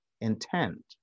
intent